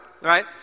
right